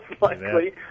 likely